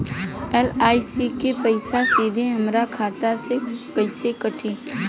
LIC के पईसा सीधे हमरा खाता से कइसे कटी?